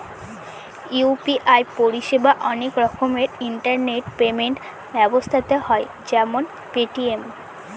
UPI পরিষেবা অনেক রকমের ইন্টারনেট পেমেন্ট ব্যবস্থাতে হয় যেমন পেটিএম